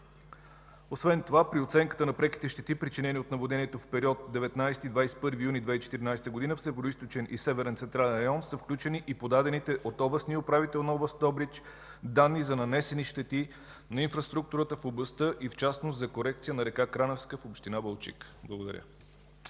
Освен това при оценката на преките щети, причинени от наводнението в период 19 – 21 юни 2014 г. в Североизточен и Северен централен район, са включени и подадените от областния управител на област Добрич данни за нанесени щети на инфраструктурата в областта и в частност за корекция на река Краневска в община Балчик. Благодаря.